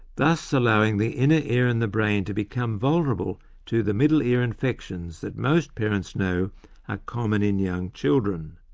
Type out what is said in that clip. thus allowing the inner ear and the brain to become vulnerable to the middle ear infections that most parents know are common in young children.